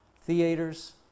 theaters